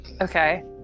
okay